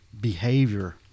behavior